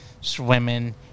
swimming